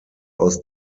aus